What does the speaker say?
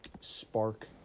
spark